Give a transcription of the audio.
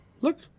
Look